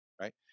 right